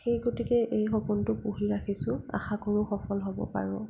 সেই গতিকে এই সপোনটো পুহি ৰাখিছোঁ আশা কৰোঁ সফল হ'ব পাৰোঁ